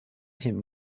him